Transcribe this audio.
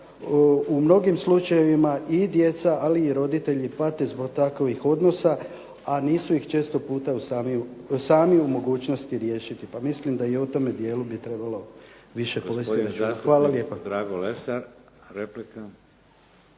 u mnogim slučajevima i djeca ali i roditelji pate zbog takvih odnosa a nisu ih često puta sami u mogućnosti riješiti pa mislim da i u tome dijelu bi trebalo više povesti računa. Hvala lijepo.